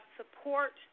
support